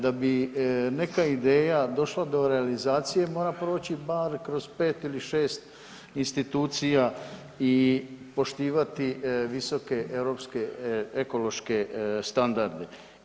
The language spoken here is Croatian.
Da bi neka ideja došla do realizacije, mora proći bar kroz 5 ili 6 institucija i poštivati visoke europske ekološke standarde.